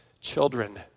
children